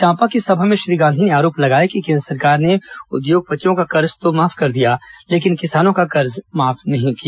चांपा की सभा में श्री गांधी ने आरोप लगाया कि केंद्र सरकार ने उद्योगपतियों का कर्ज तो माफ कर दिया लेकिन किसानों का कर्ज माफ नहीं किया